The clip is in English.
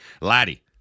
Laddie